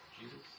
Jesus